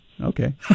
Okay